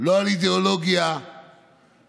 אנחנו בעצם נאלצנו לחוקק את החוק הזה.